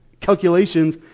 calculations